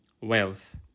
wealth